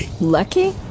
Lucky